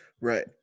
Right